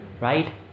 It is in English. right